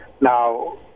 now